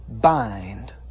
bind